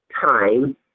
time